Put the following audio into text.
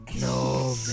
No